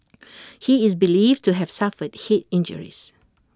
he is believed to have suffered Head injuries